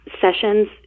sessions